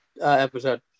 episode